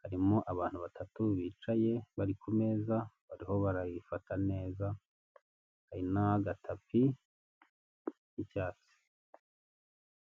harimo abantu batatu bicaye bari ku meza bariho barayifata neza hari n'agatapi k'icyatsi.